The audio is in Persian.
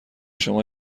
شما